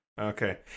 Okay